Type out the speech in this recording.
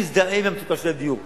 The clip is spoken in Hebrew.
אני מזדהה עם המצוקה של הדיור.